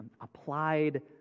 applied